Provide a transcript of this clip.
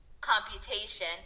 computation